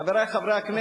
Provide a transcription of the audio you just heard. חברי חברי הכנסת,